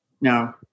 No